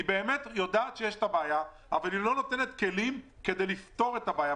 היא באמת יודעת שקיימת בעיה אבל היא לא נותנת כלים לפתור את הבעיה.